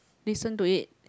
listen to it